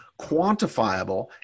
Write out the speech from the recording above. quantifiable